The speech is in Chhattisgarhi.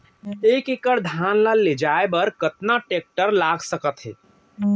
एक एकड़ धान ल ले जाये बर कतना टेकटर लाग सकत हे?